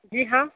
जी हाँ